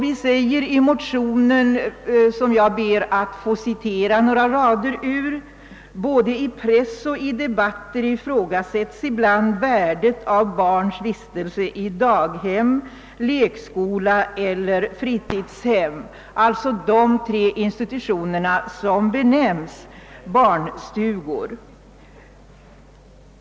I motionen skriver vi bl a.: »Både i press och i debatter ifrågasätts ibland värdet av barns vistelse i daghem, lekskola eller fritidshem.» Detta är alltså de tre institutioner som benämnts barnstugor.